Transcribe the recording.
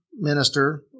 Minister